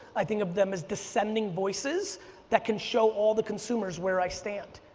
i think of them as dissenting voices that can show all the consumers where i stand.